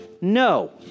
No